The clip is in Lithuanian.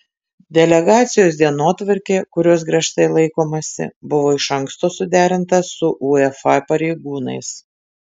delegacijos dienotvarkė kurios griežtai laikomasi buvo iš anksto suderinta su uefa pareigūnais